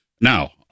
Now